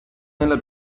nella